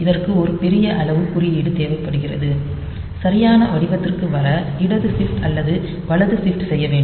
இதற்கு ஒரு பெரிய அளவு குறியீடு தேவைப்படுகிறது சரியான வடிவத்திற்கு வர இடது ஷிப்ட் அல்லது வலது ஷிப்ட் செய்ய வேண்டும்